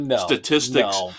statistics